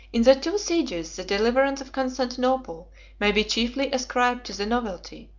in the two sieges, the deliverance of constantinople may be chiefly ascribed to the novelty,